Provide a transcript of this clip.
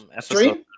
stream